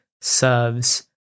serves